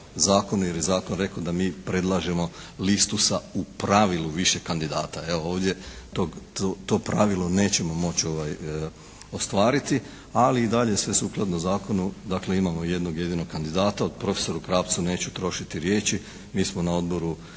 zakonu, jer je zakon rekao da mi predlažemo listu sa u pravilu više kandidata. Evo ovdje to pravilo nećemo moći ostvariti, ali i dalje se sukladno zakonu, dakle imamo jednog jedinog kandidata o prof. Krapcu neću trošiti riječi. Mi smo na odboru